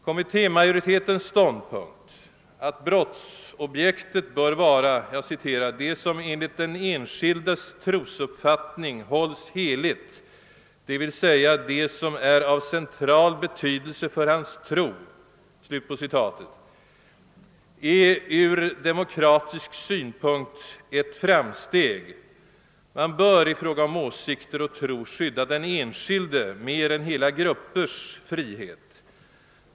Kommittémajoritetens ståndpunkt, att brottsobjektet bör vara »det som enligt den enskildes trosuppfattning hålls heligt, d.v.s. det som är av central betydelse för hans tro», är ur demokratisk synpunkt ett framsteg. Man bör i fråga om åsikter och tro skydda den enskildes mer än hela gruppers frihet.